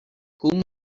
whom